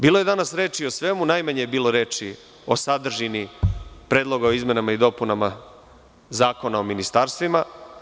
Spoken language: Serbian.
Bilo je danas reči o svemu, a najmanje je bilo reči o sadržini Predloga o izmenama i dopunama Zakona o ministarstvima.